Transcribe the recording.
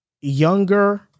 younger